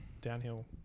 Downhill